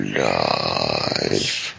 life